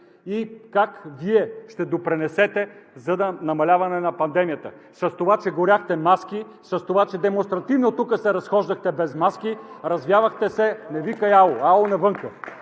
и как Вие ще допринесете за намаляване на пандемията? С това, че горяхте маски, с това, че демонстративно тук се разхождахте без маски, развявахте се... (Реплика: „Алоо!“) Не викай